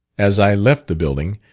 as i left the building,